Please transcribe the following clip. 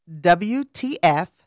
WTF